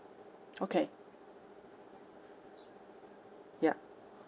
okay ya